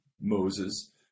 Moses